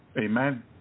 Amen